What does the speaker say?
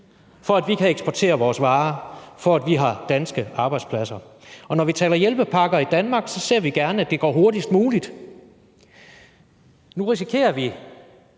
for at vi kan eksportere vores varer, for at vi har danske arbejdspladser. Når vi taler hjælpepakker i Danmark, ser vi gerne, at det går hurtigst muligt. Nu risikerer vi,